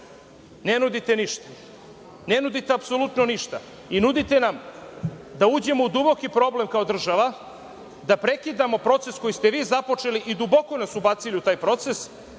Ne nudite ništa. Ne nudite apsolutno ništa. I nudite nam da uđemo u duboki problem kao država, da prekidamo proces koji ste vi započeli i duboko nas ubacili u taj proces